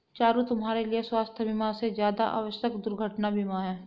चारु, तुम्हारे लिए स्वास्थ बीमा से ज्यादा आवश्यक दुर्घटना बीमा है